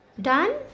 Done